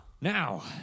Now